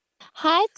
Hi